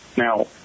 Now